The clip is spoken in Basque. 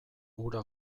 hura